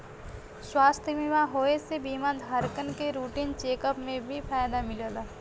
स्वास्थ्य बीमा होये से बीमा धारकन के रूटीन चेक अप में भी फायदा मिलला